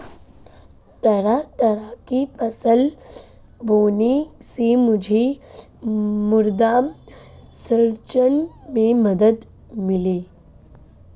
तरह तरह की फसल बोने से मुझे मृदा संरक्षण में मदद मिली